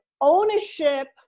ownership